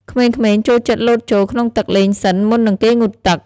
ក្មេងៗចូលចិត្តលោតចូលក្នុងទឹកលេងសិន មុននឹងគេងូតទឹក។